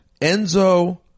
Enzo